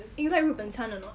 eh you like 日本餐 or not